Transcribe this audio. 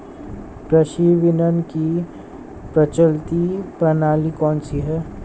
कृषि विपणन की प्रचलित प्रणाली कौन सी है?